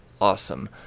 awesome